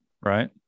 right